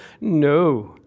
no